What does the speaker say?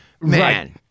man